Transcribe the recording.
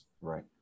Right